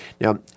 Now